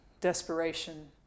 desperation